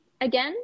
again